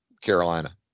Carolina